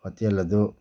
hotel ꯑꯗꯨ